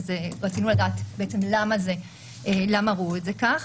רצינו לדעת למה ראו את זה כך.